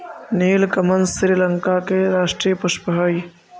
नीलकमल श्रीलंका के राष्ट्रीय पुष्प हइ